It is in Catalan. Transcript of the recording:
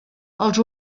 els